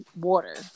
water